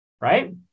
Right